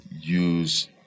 use